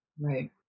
Right